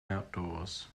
outdoors